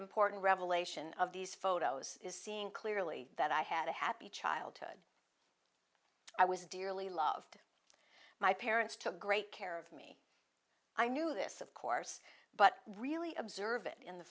important revelation of these photos is seeing clearly that i had a happy childhood i was dearly loved my parents took great care of me i knew this of course but really observe it in the